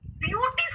beautiful